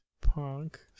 Punk